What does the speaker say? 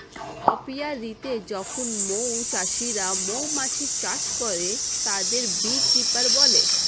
অপিয়া রীতে যখন মৌ চাষিরা মৌমাছি চাষ করে, তাদের বী কিপার বলে